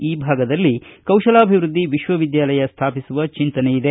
ಈ ಭಾಗದಲ್ಲಿ ಕೌಶ ಲಾಭಿವೃದ್ದಿ ವಿಶ್ವವಿದ್ಯಾಲಯ ಸ್ಮಾಪಿಸುವ ಚಿಂತನೆ ಇದೆ